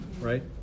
Right